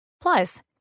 Plus